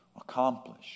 accomplish